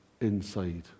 inside